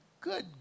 Good